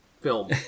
film